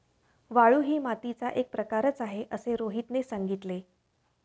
वाळू ही मातीचा एक प्रकारच आहे असे रोहितने सांगितले